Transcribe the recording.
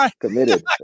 committed